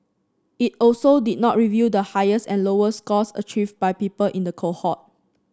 it also did not reveal the highest and lowest scores achieved by people in the cohort